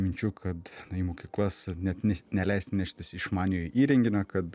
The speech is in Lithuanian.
minčių kad į mokyklas net neleis neštis išmaniojo įrenginio kad